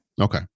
Okay